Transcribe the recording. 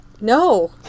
No